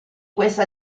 questa